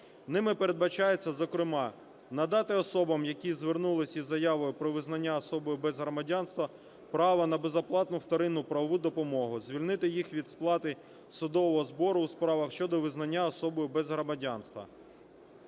Ними передбачається, зокрема, надати особам, які звернулися із заявою про визнання особою без громадянства, право на безоплатну вторинну правову допомогу, звільнити їх від сплати судового збору у справах щодо визнання особою без громадянства.